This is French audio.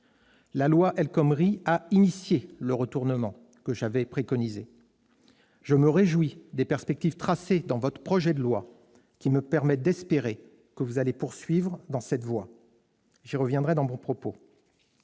La loi El Khomri a engagé le retournement que j'avais préconisé. Madame la ministre, je me réjouis des perspectives tracées dans votre projet de loi, qui me permettent d'espérer que vous allez poursuivre dans cette voie ; j'y reviendrai. Quel dommage